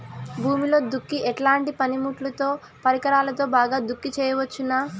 భూమిలో దుక్కి ఎట్లాంటి పనిముట్లుతో, పరికరాలతో బాగా దుక్కి చేయవచ్చున?